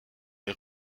les